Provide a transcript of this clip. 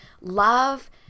love